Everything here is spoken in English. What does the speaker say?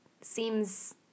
seems